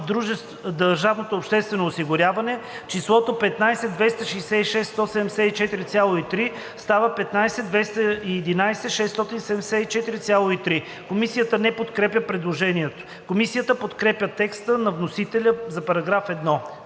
държавното обществено осигуряване“ числото „15 266 174,3“ става „15 211 674,3“.“ Комисията не подкрепя предложението. Комисията подкрепя текста на вносителя за § 1.